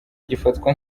gifatwa